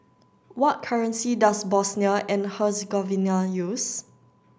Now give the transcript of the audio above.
what currency does Bosnia and Herzegovina use